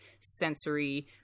sensory